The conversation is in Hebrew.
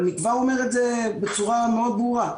אבל אני כבר אומר את זה בצורה מאוד ברורה,